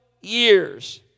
years